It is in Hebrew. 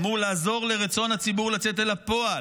אמור לעזור לרצון הציבור לצאת אל הפועל,